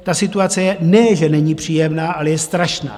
Ta situace nejen že není příjemná, ale je strašná.